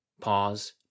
Pause